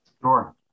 Sure